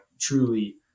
truly